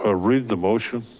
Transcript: ah read the motion.